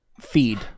feed